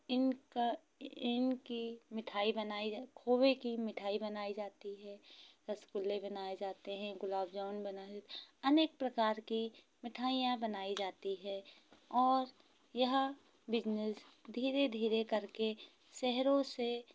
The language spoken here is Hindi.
इनका इनकी मिठाई बनाई जा खोए की मिठाई बनाई जाती है रसगुल्ले बनाए जाते हैं गुलाब जामुन बनाए अनेक प्रकार की मिठाइयां बनाई जाती है और यहाँ बिजनेस धीरे धीरे करके शहरों से